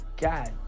God